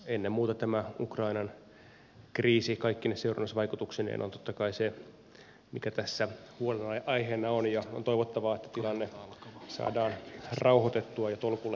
ennen muuta tämä ukrainan kriisi kaikkine seurannaisvaikutuksineen on totta kai se mikä tässä huolenaiheena on ja on toivottavaa että tilanne saadaan rauhoitettua ja tolkulle tolalle mahdollisimman pian